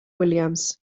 williams